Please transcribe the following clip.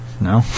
No